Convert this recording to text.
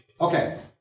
Okay